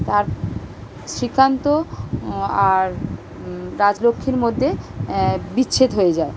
আর শ্রীকান্ত আর রাজলক্ষ্মীর মধ্যে বিচ্ছেদ হয়ে যায়